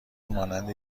مانند